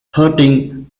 hurting